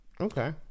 Okay